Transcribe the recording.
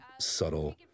subtle